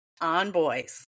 onboys